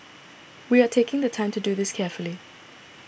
we are taking the time to do this carefully